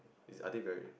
it's I think very